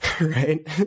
Right